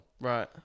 Right